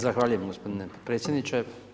Zahvaljujem gospodine predsjedniče.